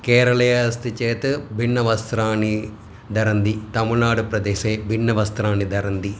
केरले अस्ति चेत् भिन्नवस्त्राणि धरन्ति तमिल्नाडुप्रदेशे भिन्नवस्त्राणि धरन्ति